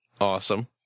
Awesome